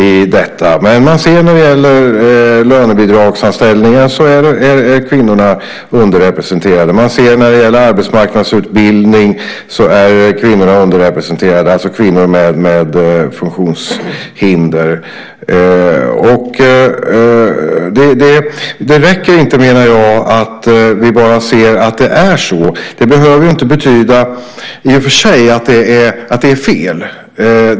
Men man ser att kvinnorna är underrepresenterade när det gäller lönebidragsanställningar. Man ser att kvinnorna är underrepresenterade när det gäller arbetsmarknadsutbildning, alltså kvinnor med funktionshinder. Det räcker inte, menar jag, att vi bara ser att det är så. Det behöver inte betyda i och för sig att det är fel.